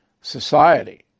Society